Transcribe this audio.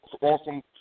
awesome